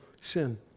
sin